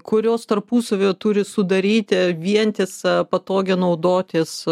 kurios tarpusavyje turi sudaryti vientisą patogią naudotis